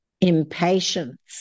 impatience